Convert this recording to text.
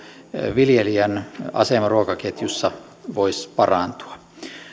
viljelijän asema ruokaketjussa voisi parantua